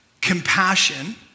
compassion